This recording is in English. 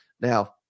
Now